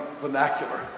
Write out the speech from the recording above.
vernacular